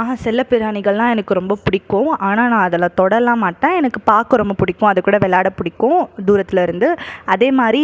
ஆஹான் செல்லப்பிராணிகள்னா எனக்கு ரொம்ப பிடிக்கும் ஆனால் நான் அதெல்லாம் தொடலாம் மாட்டேன் எனக்கு பார்க்க ரொம்ப பிடிக்கும் அதுக்கூட விளாட பிடிக்கும் தூரத்தில் இருந்து அதே மாரி